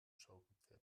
schaukelpferd